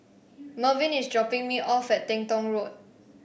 Mervin is dropping me off at Teng Tong Road